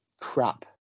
crap